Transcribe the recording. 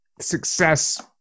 success